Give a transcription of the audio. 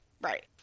Right